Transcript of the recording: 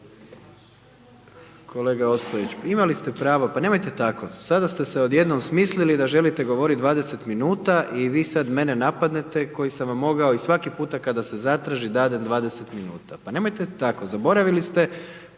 Kolega Ostojić imali ste pravo, pa nemojte tako, sada ste se odjednom smislili da želite govoriti 20 min i vi sada mene napadnete koji sam vam mogao i svaki puta kad se zatraži dadem 20 min. Pa nemojte tako, zaboravili ste,